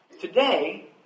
Today